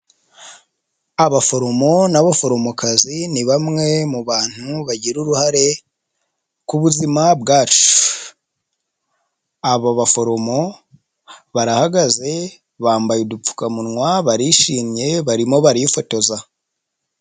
Abaforomo n'abaforomokazi, ni bamwe mu bantu bagira uruhare ku buzima bwacu, abo baforomo barahagaze bambaye udupfukamunwa, barishimye barimo barifotoza.